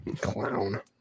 Clown